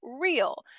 real